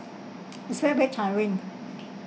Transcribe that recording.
is very very tiring